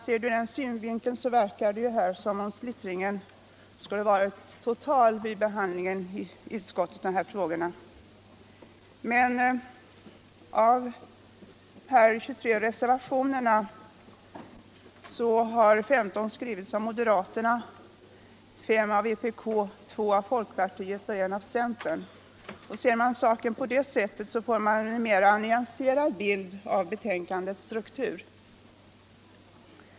Sett ur den synvinkeln verkar det som om splittringen varit total vid behandlingen av dessa frågor i utskottet. Av de 23 reservationerna har emellertid 15 avgivits av moderaterna, 5 av vpk, 2 av folkpartiet och 1 av centern. Ser man saken på det sättet får man en mer nyanserad bild av betänkandets struktur.